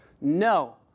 No